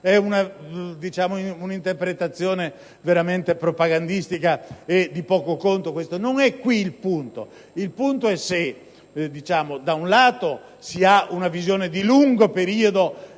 è una interpretazione meramente propagandistica e di poco conto. Non è questo il punto. Il punto è se, da un lato, si ha una visione di lungo periodo